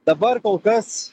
dabar kol kas